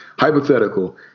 Hypothetical